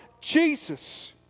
Jesus